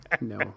No